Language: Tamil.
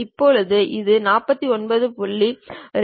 இப்போது இது 49